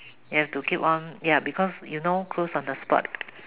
you have to keep on ya because you know close on the spot